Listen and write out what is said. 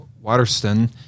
Waterston